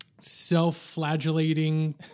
self-flagellating